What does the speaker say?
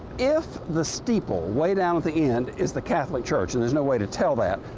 if the steeple way down at the end is the catholic church, and there's no way to tell that,